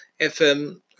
FM